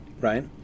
Right